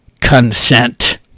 consent